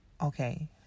okay